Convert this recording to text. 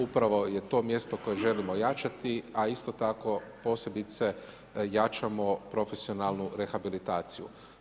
Upravo je to mjesto koje želimo ojačati a isto tako posebice jačamo profesionalnu rehabilitaciju.